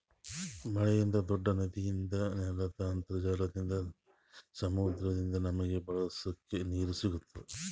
ಮಳಿಯಿಂದ್, ದೂಡ್ಡ ನದಿಯಿಂದ್, ನೆಲ್ದ್ ಅಂತರ್ಜಲದಿಂದ್, ಸಮುದ್ರದಿಂದ್ ನಮಗ್ ಬಳಸಕ್ ನೀರ್ ಸಿಗತ್ತದ್